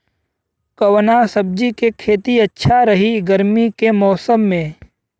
कवना सब्जी के खेती अच्छा रही गर्मी के मौसम में?